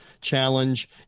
challenge